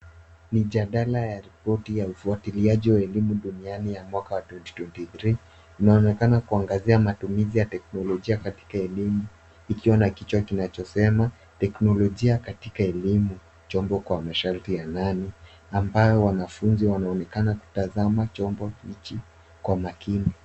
Ni jadala ya ripoti ya ufwatiliji wa elimu duniani ya mwaka 2023, inaonekana kuangazia matumizi ya teknolojia katika elimu ikiwa na kichwa kinachosema teknolojia katika elimu, chombo kwa masharti ya ndani ambayo wanafunzi wanaonekana kutazama chombo hichi kwa makini.